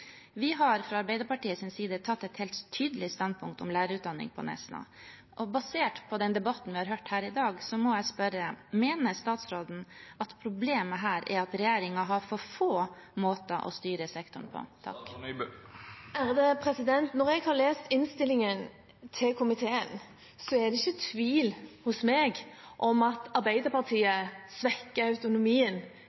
Vi har fra Arbeiderpartiets side tatt et helt tydelig standpunkt om lærerutdanning på Nesna. Basert på den debatten vi har hørt her i dag, må jeg spørre: Mener statsråden at problemet her er at regjeringen har for få måter å styre sektoren på? Når jeg har lest innstillingen til komiteen, er det ikke tvil hos meg om at Arbeiderpartiet